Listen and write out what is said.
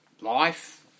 life